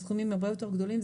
הם סכומים הרבה יותר גדולים.